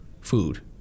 food